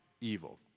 evil